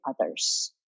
others